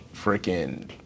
Freaking